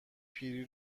پیری